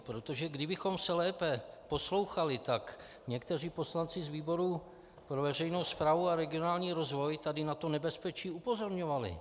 Protože kdybychom se lépe poslouchali, tak někteří poslanci z výboru pro veřejnou správu a regionální rozvoj tady na toto nebezpečí upozorňovali.